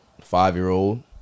five-year-old